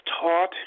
taught